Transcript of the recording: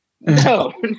No